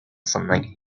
something